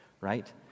right